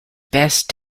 best